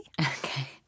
Okay